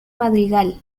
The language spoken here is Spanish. madrigal